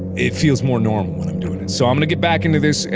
it feels more normal when i'm doing it. so i'm gonna get back into this,